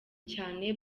cyane